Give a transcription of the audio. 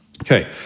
Okay